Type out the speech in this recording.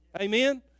Amen